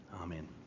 Amen